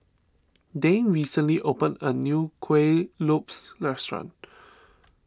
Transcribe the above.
Dane recently opened a new Kuih Lopes restaurant